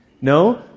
No